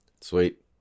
Sweet